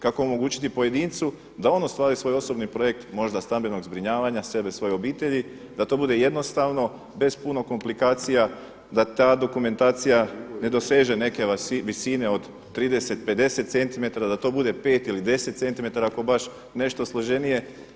Kako omogućiti pojedincu da on ostvari svoj osobni projekt možda stambenog zbrinjavanja sebe, svoje obitelji da to bude jednostavno bez puno komplikacija, da ta dokumentacija ne doseže neke visine od 30, 50 centimetara, da to bude 5 ili 10 centimetara ako je baš nešto složenije.